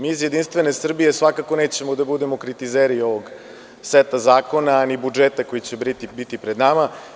Mi iz Jedinstvene Srbije svakako nećemo da budemo kritizeri ovog seta zakona, nibudžeta koji će biti pred nama.